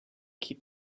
keep